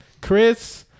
Chris